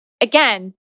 again